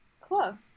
Cool